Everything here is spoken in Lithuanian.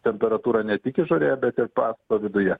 temperatūrą ne tik išorėje bet ir pastato viduje